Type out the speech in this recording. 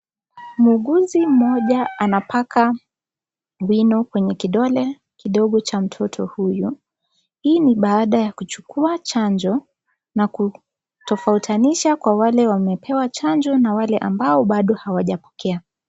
Mhuguzi mmoja anapaka wino kwenye kidole kidogo cha mtoto huyu. Hii ni baada ya kuchukua chanjo na kutofautanisha kwa wale wamechanjwa na wale ambao bado hawajapokea.